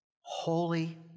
holy